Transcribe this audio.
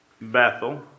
Bethel